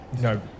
No